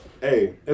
hey